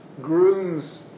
groom's